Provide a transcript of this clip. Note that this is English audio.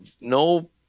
no